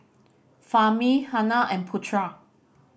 Fahmi Hana and Putera